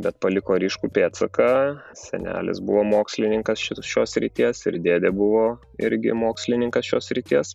bet paliko ryškų pėdsaką senelis buvo mokslininkas ši šios srities ir dėdė buvo irgi mokslininkas šios srities